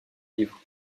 livres